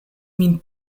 min